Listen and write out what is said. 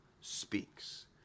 speaks